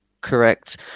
Correct